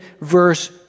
verse